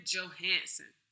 Johansson